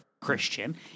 Christian